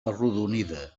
arrodonida